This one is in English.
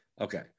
Okay